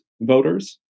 voters